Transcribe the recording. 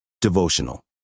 Devotional